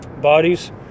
bodies